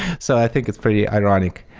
so i think it's pretty ironic.